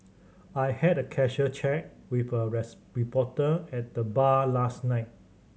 I had a casual chat with a rest reporter at the bar last night